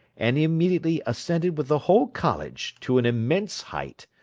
and immediately ascended with the whole college to an immense height,